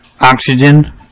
oxygen